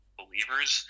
believers